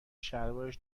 شلوارش